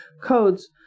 codes